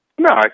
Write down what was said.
No